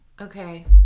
Okay